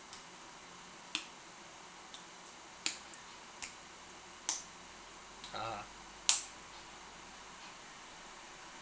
ah